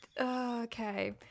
Okay